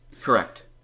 Correct